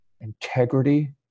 integrity